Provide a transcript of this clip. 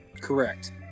Correct